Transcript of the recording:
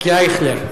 כאייכלר.